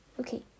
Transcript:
Okay